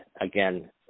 again